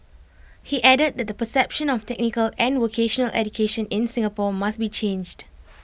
he added that the perception of technical and vocational education in Singapore must be changed